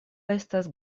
estas